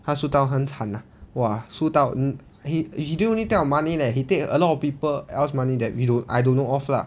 他输到很惨 ah !wah! 输到 he he didn't only take out money leh he take a lot of people else money that we don't I don't know of lah